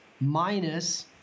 minus